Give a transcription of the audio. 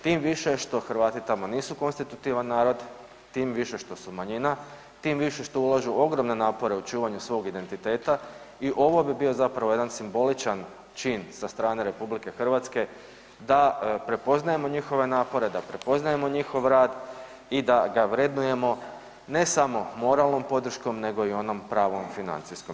Tim više što Hrvati tamo nisu konstitutivan narod, tim više što su manjina, tim više što ulažu ogromne napore u očuvanju svog identiteta i ovo bi bio zapravo jedan simboličan čin sa strane RH da prepoznajemo njihove napore, da prepoznajemo njihov rad i da ga vrednujemo ne samo moralnom podrškom nego i onom pravom financijskom.